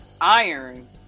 iron